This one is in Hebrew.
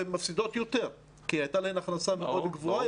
הן מפסידות יותר כי היתה להן הכנסה מאוד גבוה.